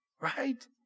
right